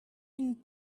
une